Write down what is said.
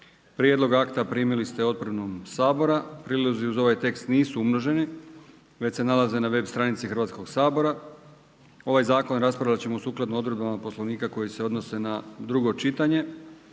Prijedlog akta primili ste otpremom Sabora. Prilozi uz ovaj akt nisu umnoženi već se nalaze na web stranici Hrvatskoga sabora. Ovaj Zakon raspravljati ćemo sukladno odredbama Poslovnika koji se odnose na drugo čitanje.